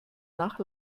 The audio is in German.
nach